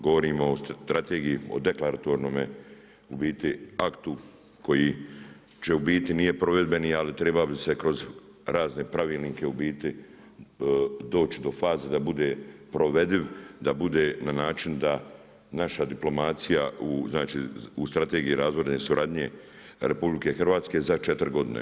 Govorimo o strategiji, o deklaratornome u biti aktu koji u biti nije provedbeni ali trebao bi se kroz razne pravilnike u biti doći do faze da bude provediv, da bude na način da naša diplomacija u Strategiji razvojne suradnje RH za 4 godine.